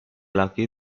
laki